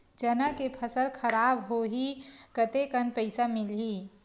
चना के फसल खराब होही कतेकन पईसा मिलही?